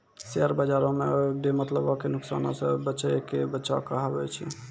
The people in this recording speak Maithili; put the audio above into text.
शेयर बजारो मे बेमतलबो के नुकसानो से बचैये के बचाव कहाबै छै